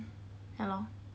ya lor